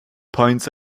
points